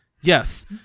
Yes